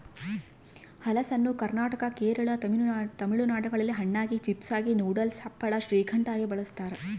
ಹಲಸನ್ನು ಕರ್ನಾಟಕ ಕೇರಳ ತಮಿಳುನಾಡುಗಳಲ್ಲಿ ಹಣ್ಣಾಗಿ, ಚಿಪ್ಸಾಗಿ, ನೂಡಲ್ಸ್, ಹಪ್ಪಳ, ಶ್ರೀಕಂಠ ಆಗಿ ಬಳಸ್ತಾರ